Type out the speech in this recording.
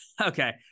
okay